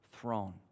throne